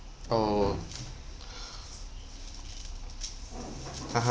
uh (uh huh)